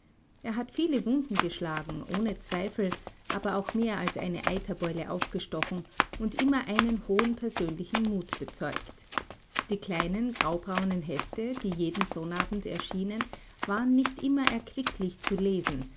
er hat viele wunden geschlagen ohne zweifel aber auch mehr als eine eiterbeule aufgestochen und immer einen hohen persönlichen mut bezeugt die kleinen graubraunen hefte die jeden sonnabend erschienen waren nicht immer erquicklich zu lesen